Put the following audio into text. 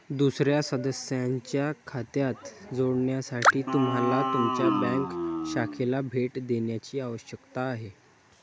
दुसर्या सदस्याच्या खात्यात जोडण्यासाठी तुम्हाला तुमच्या बँक शाखेला भेट देण्याची आवश्यकता आहे